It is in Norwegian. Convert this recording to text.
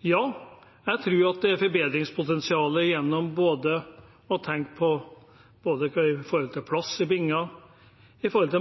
Ja, jeg tror det er forbedringspotensial når det gjelder både plass i binger,